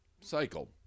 cycle